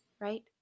right